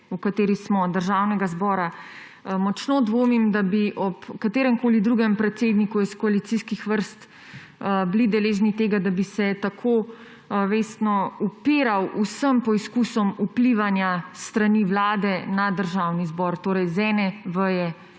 v kateri smo, Državnega zbora. Močno dvomim, da bi ob katerem koli drugem predsedniku iz koalicijskih vrst bili deležni tega, da bi se tako vestno upiral vsem poizkusom vplivanja s strani Vlade na Državni zbor. Torej z ene veje